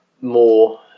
more